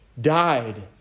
died